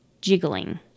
jiggling